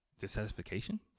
dissatisfaction